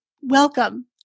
Welcome